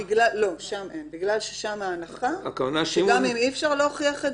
בנוסח שכרגע אנחנו מנסים לגבש,